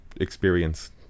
experience